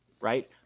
right